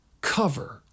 cover